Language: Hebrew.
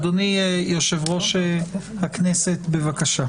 אדוני יושב-ראש הכנסת, בבקשה.